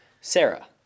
Sarah